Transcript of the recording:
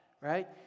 right